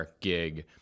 gig